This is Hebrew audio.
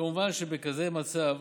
כמובן, בכזה מצב,